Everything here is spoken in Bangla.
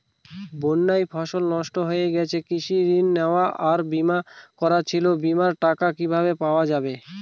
বন্যায় ফসল নষ্ট হয়ে গেছে কৃষি ঋণ নেওয়া আর বিমা করা ছিল বিমার টাকা কিভাবে পাওয়া যাবে?